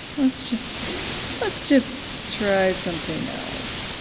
let's just let's just try something else.